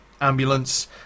ambulance